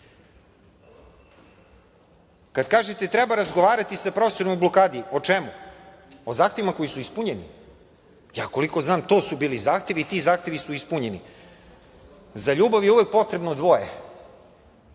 itd. Kad kažete - treba razgovarati sa profesorima u blokadi, o čemu? O zahtevima koji su ispunjeni? Koliko ja znam, to su bili zahtevi i ti zahtevi su ispunjeni. Za ljubav je uvek potrebno dvoje,